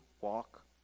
walk